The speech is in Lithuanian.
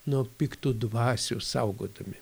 nuo piktų dvasių saugodami